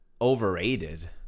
overrated